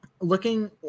looking